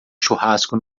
churrasco